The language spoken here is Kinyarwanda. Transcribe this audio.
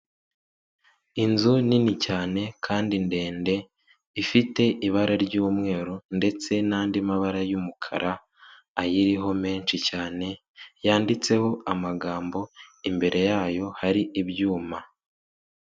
Inzu nini cyane kandi ndende, ifite ibara ry'umweru ndetse n'andi mabara y'umukara ayiriho menshi cyane yanditseho amagambo imbere yayo hari ibyuma.